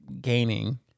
gaining